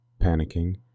Panicking